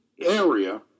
area